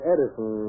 Edison